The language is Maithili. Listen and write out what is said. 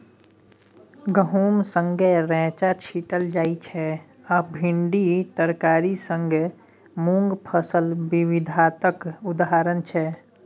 गहुम संगै रैंचा छीटल जाइ छै आ भिंडी तरकारी संग मुँग फसल बिबिधताक उदाहरण छै